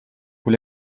vous